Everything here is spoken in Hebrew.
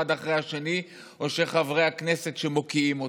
אחרי השני או חברי הכנסת שמוקיעים אותם.